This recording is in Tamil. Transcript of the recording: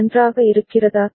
நன்றாக இருக்கிறதா